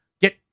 get